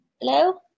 Hello